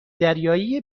دریایی